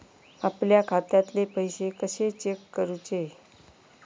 आपल्या खात्यातले पैसे कशे चेक करुचे?